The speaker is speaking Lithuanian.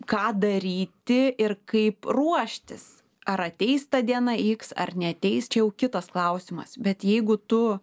ką daryti ir kaip ruoštis ar ateis ta diena iks ar neateis čia jau kitas klausimas bet jeigu tu